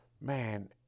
man